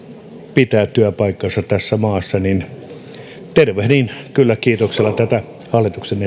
pitää työpaikkansa tässä maassa tervehdin kyllä kiitoksella tätä hallituksen